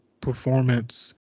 performance